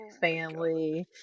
family